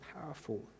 powerful